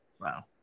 Wow